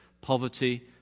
poverty